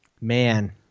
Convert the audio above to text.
man